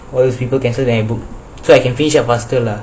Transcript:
all people cancel then I book so I can finish faster